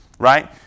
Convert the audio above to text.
Right